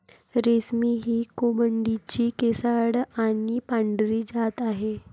रेशमी ही कोंबडीची केसाळ आणि पांढरी जात आहे